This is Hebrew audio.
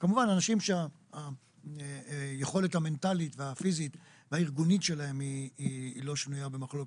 כמובן אנשים שהיכולת המנטלית והפיזית והארגונית שלהם לא שנויה במחלוקת,